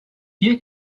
vier